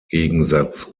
gegensatz